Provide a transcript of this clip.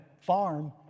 farm